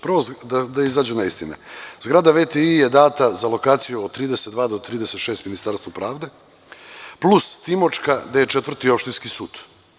Prvo, da izađe na istinu, zgrada VTI je data za lokaciju od 32 do 36 Ministarstvu pravde plus Timočka gde je Četvrti opštinski sud.